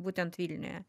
būtent vilniuje